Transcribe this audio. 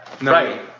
Right